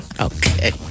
Okay